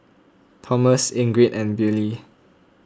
Tomas Ingrid and Billye